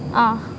ah